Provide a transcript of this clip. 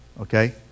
okay